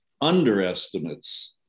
underestimates